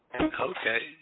Okay